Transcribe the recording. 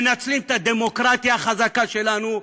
מנצלים את הדמוקרטיה החזקה שלנו,